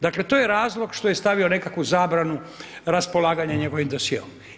Dakle, to je razlog što je stavio nekakvu zabranu raspolaganja njegovim dosjeom.